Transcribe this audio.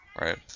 right